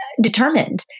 determined